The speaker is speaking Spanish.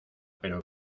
pero